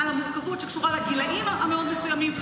על המורכבות שקשורה לגילים המאוד מסוימים,